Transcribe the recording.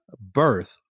birth